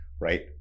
right